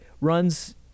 runs